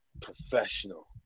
professional